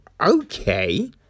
okay